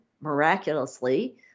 miraculously